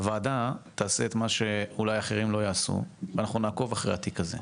הועדה תעשה את מה שאולי אחרים לא יעשו ואנחנו נעקוב אחרי התיק הזה.